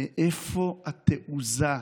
מאיפה התעוזה?